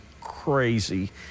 crazy